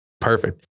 Perfect